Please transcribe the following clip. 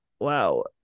wow